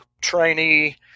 trainee